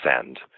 send